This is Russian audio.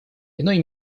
иной